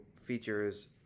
features